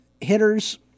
Hitters